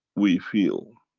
we feel.